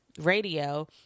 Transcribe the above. radio